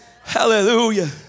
hallelujah